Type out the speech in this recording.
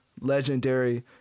legendary